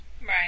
Right